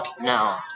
No